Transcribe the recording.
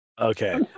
Okay